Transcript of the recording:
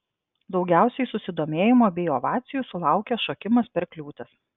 daugiausiai susidomėjimo bei ovacijų sulaukė šokimas per kliūtis